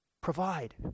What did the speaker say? Provide